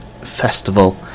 festival